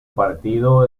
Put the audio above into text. partido